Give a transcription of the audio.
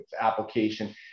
application